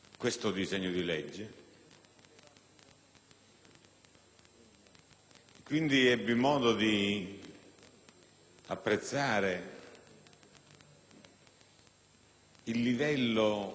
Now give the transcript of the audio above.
quindi, ebbi modo di apprezzare il livello eccezionale ed eccellente